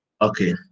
okay